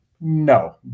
No